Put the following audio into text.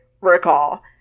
recall